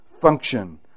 function